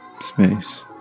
space